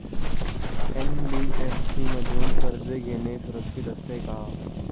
NBFC मधून कर्ज घेणे सुरक्षित असते का?